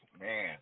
Man